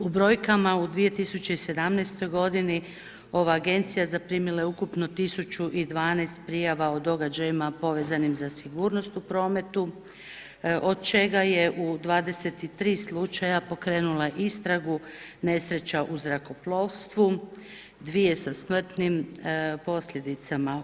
U brojkama u 2017. godini ova Agencija zaprimila je ukupno 1012 prijava o događajima povezanim za sigurnost u prometu od čega je u 23 slučaja pokrenula istragu nesreća u zrakoplovstvu, 2 sa smrtnim posljedicama.